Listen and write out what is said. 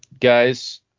guys